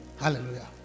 Hallelujah